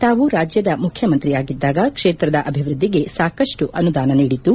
ತಾವು ರಾಜ್ಯದ ಮುಖ್ಯಮಂತ್ರಿಯಾಗಿದ್ದಾಗ ಕ್ಷೇತ್ರದ ಅಭಿವೃದ್ದಿಗೆ ಸಾಕಷ್ಟು ಅನುದಾನ ನೀಡಿದ್ದು